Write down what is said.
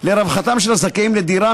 לרווחתם של הזכאים לדירה,